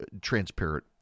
transparent